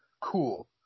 cool